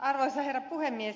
arvoisa herra puhemies